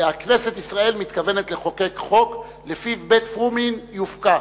כנסת ישראל מתכוונת לחוקק חוק שלפיו בית-פרומין יופקע